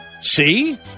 See